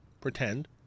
pretend